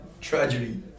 tragedy